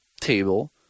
table